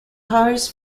paris